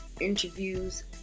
interviews